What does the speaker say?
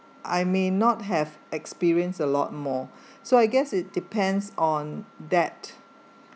I may not have experience a lot more so I guess it depends on that